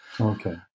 Okay